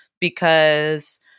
because-